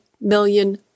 million